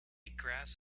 grass